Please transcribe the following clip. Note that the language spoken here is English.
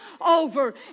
over